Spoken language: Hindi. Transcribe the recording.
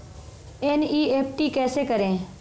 एन.ई.एफ.टी कैसे करें?